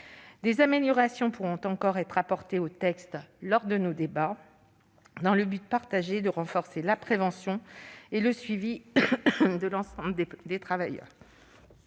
Des améliorations pourront encore être apportées au texte lors de nos débats, avec l'objectif partagé de renforcer la prévention et le suivi de l'ensemble des travailleurs.